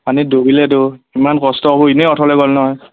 পানীত ডুবিলে ইমান কষ্টবাৰ এনেই অথলে গ'ল নহয়